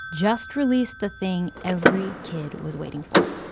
just released the thing every kid was waiting for,